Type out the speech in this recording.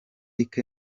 luc